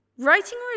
Writing